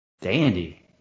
Dandy